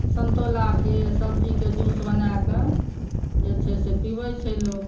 समतोलकेँ सभ चीजके जुस बनाकऽ जे छै से पीबै छै लोक